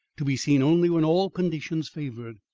to be seen only when all conditions favoured.